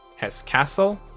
hesse-kassel,